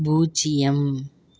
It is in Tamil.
பூஜ்யம்